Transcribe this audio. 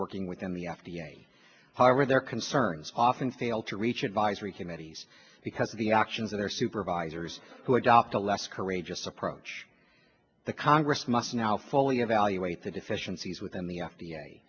working within the f d a however their concerns often fail to reach advisory committees because of the actions of their supervisors who adopt a less courageous approach the congress must now fully evaluate the deficiencies within the f